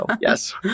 yes